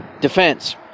Defense